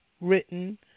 written